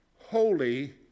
holy